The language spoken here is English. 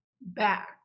back